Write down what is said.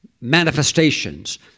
manifestations